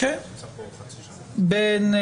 שבו נאמר שבגלל האופי המיוחד של ההעסקה,